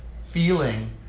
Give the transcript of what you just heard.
feeling